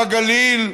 בגליל,